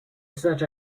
such